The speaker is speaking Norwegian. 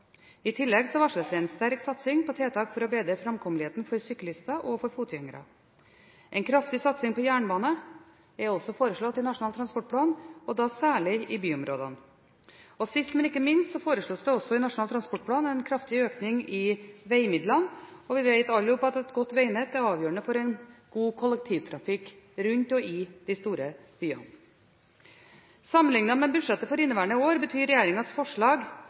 I tillegg varsles en sterk satsing på tiltak for å bedre framkommeligheten for syklister og fotgjengere. En kraftig satsing på jernbane er også foreslått i Nasjonal transportplan, og særlig i byområdene. Sist, men ikke minst, foreslås det også i Nasjonal transportplan en kraftig økning i vegmidlene. Vi vet alle sammen at et godt vegnett er avgjørende for en god kollektivtrafikk rundt og i de store byene. Sammenliknet med budsjettet for inneværende år betyr regjeringens forslag